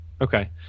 Okay